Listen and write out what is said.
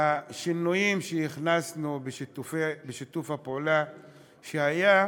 והכנסנו שינויים בשיתוף הפעולה שהיה,